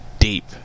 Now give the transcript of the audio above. deep